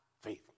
faith